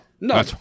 No